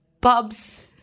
Bubs